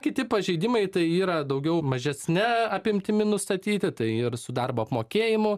kiti pažeidimai tai yra daugiau mažesne apimtimi nustatyti tai ir su darbo apmokėjimu